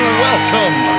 welcome